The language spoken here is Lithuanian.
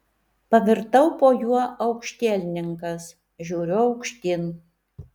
pavirtau po juo aukštielninkas žiūriu aukštyn